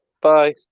Bye